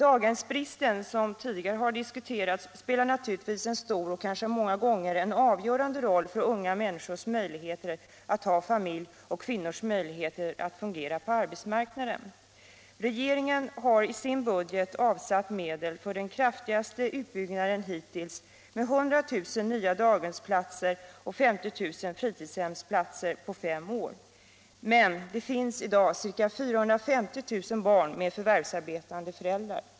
Daghemsbristen — som tidigare har diskuterats — spelar naturligtvis en stor och kanske många gånger avgörande roll för unga människors möjligheter att ha familj och för kvinnors möjligheter att fungera på arbetsmarknaden. Regeringen har i sin budget avsatt medel för den kraftigaste utbyggnaden hittills med 100 000 nya daghemsplatser och 50 000 fritidshemsplatser på fem år. Men det finns i dag ca 450 000 barn med förvärvsarbetande föräldrar.